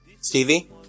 Stevie